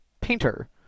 Painter